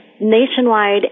nationwide